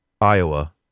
Iowa